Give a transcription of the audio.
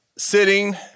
Sitting